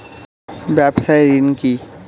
ব্যবসায় ঋণ কি?